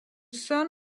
son